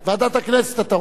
אתה לא מבקש להשיב.